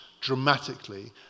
dramatically